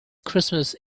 christmas